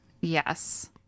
Yes